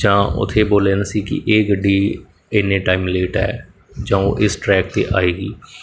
ਜਾਂ ਉੱਥੇ ਬੋਲਿਆ ਸੀ ਕਿ ਇਹ ਗੱਡੀ ਇੰਨਾ ਟਾਈਮ ਲੇਟ ਹੈ ਜਾਂ ਉਹ ਇਸ ਟਰੈਕ 'ਤੇ ਆਏਗੀ